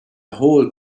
whole